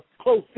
close